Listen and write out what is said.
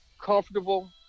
comfortable